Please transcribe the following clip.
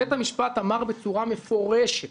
בית המשפט אמר בצורה מפורשת